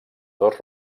dos